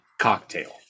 cocktail